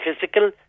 physical